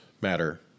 matter